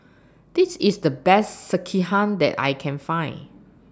This IS The Best Sekihan that I Can Find